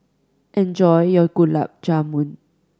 enjoy your Gulab Jamun